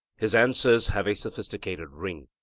his answers have a sophistical ring,